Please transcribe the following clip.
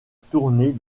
tournée